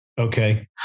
Okay